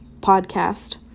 podcast